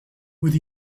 with